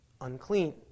unclean